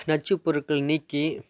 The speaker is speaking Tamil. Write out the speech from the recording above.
நச்சுப்பொருட்கள் நீக்கி